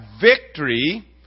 victory